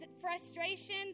frustration